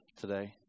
today